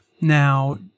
Now